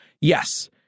Yes